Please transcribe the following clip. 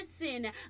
Listen